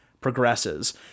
progresses